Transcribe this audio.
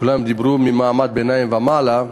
כולם דיברו למעמד הביניים ומעלה,